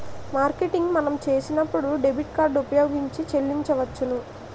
marketing మనం చేసినప్పుడు debit card ఉపయోగించి చెల్లించవచ్చును